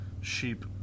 sheep